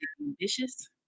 ambitious